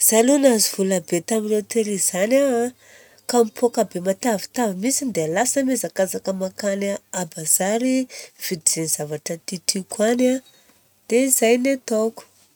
Zaho aloha nahazo vola be tamin'ny loterie izany aho, ka mipôka be matavitavy mintsiny dia lasa iaho miazakazaka makany a bazary mividy zegny zavatra tiatiako any a, dia izay ny ataoko.